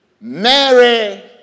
Mary